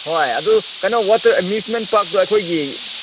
ꯍꯣꯏ ꯑꯗꯨ ꯀꯩꯅꯣ ꯋꯥꯇꯔ ꯑꯃ꯭ꯌꯨꯖꯃꯦꯟ ꯄꯥꯛꯇꯣ ꯑꯩꯈꯣꯏꯒꯤ